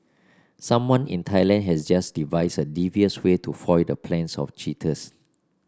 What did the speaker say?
someone in Thailand has just devised a devious way to foil the plans of cheaters